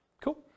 Cool